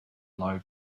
low